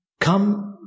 Come